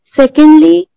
secondly